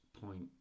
point